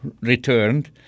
returned